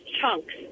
chunks